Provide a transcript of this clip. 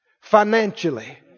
financially